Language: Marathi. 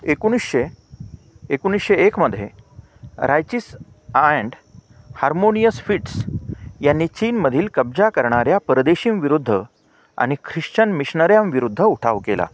एकोणीसशे एकोणीसशे एकमध्ये रायचीस अँड हार्मोनियस फिट्स यांनी चीनमधील कब्जा करणाऱ्या परदेशींविरुद्ध आणि ख्रिश्चन मिशनऱ्यांविरुद्ध उठाव केला